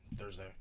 Thursday